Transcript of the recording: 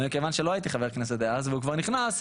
אבל מכיוון שלא הייתי חבר כנסת אז והוא כבר נכנס,